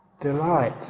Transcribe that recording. Delight